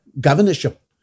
governorship